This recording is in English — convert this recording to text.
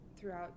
throughout